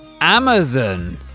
amazon